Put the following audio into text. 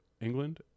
England